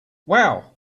wow